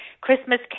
Christmas